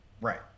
Right